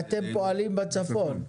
אתם פועלים בצפון?